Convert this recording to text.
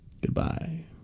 goodbye